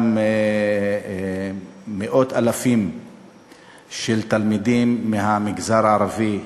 מאות אלפים של תלמידים מהמגזר הערבי,